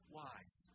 wise